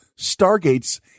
stargates